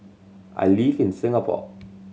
I live in Singapore